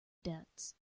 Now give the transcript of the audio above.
debts